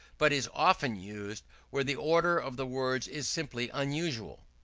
but is often used where the order of the words is simply unusual.